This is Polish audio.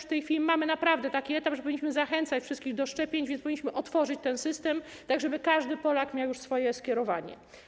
W tej chwili mamy już naprawdę taki etap, że powinniśmy zachęcać wszystkich do szczepień, więc powinniśmy otworzyć ten system, tak żeby każdy Polak miał już swoje skierowanie.